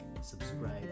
subscribe